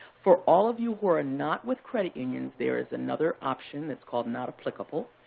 for all of you who are ah not with credit unions, there is another option that's called not applicable.